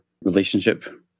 relationship